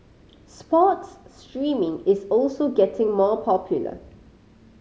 sports streaming is also getting more popular